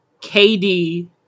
KD